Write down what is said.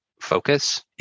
focus